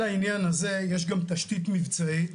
על העניין הזה יש גם תשתית מבצעית